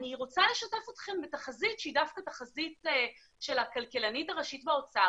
אני רוצה לשתף אתכם בתחזית שהיא דווקא תחזית של הכלכלנית הראשית באוצר,